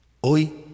Hoy